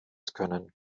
können